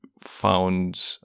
found